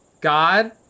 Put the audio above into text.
God